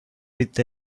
with